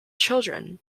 children